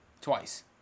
Twice